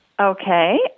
Okay